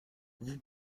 vous